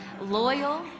loyal